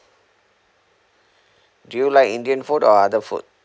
do you like indian food or other food